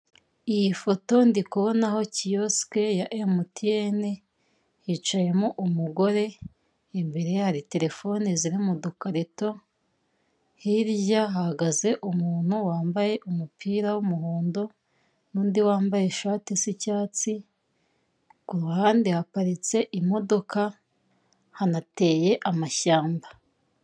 Iyi foto ndi kubonaho kiyosike ya emutiyene, hicayemo umugore, imbere ye hari telefone ziri mudukarito, hirya hahagaze umuntu wambaye umupira w'umuhondo, n'undi wambaye ishati isa icyatsi, kuruhande haparitse imodoka hanateye amashyamba.